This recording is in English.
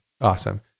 awesome